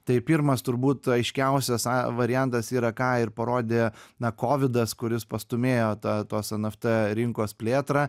tai pirmas turbūt aiškiausias variantas yra ką ir parodė na kovidas kuris pastūmėjo tą tos eft rinkos plėtrą